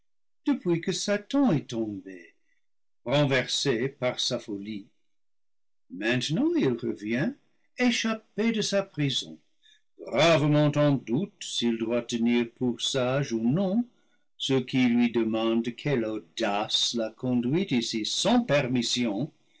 depuis que satan est tombé renversé par sa folie maintenant il revient échappé de sa prison gravement en doute s'il doit tenir pour sages ou non ceux qui lui deman dent quelle audace l'a conduit ici sans permission